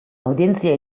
audientzia